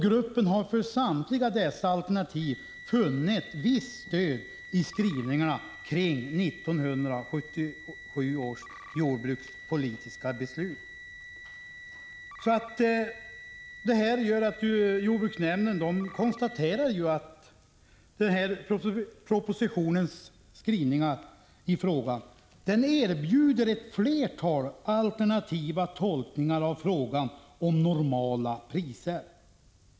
Gruppen har för samtliga dessa alternativ funnit visst stöd i skrivningarna kring 1977 års jordbrukspolitiska beslut.” Jordbruksnämnden konstaterar att ”propositionens skrivningar i frågan erbjuder ett flertal alternativa tolkningar av frågan om normala priser”.